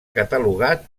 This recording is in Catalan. catalogat